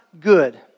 good